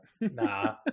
Nah